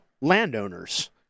landowners